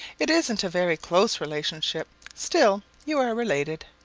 it isn't a very close relationship, still you are related.